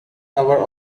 hour